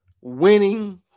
winning